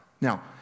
Now